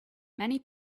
many